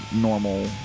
normal